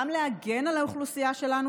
גם להגן על האוכלוסייה שלנו,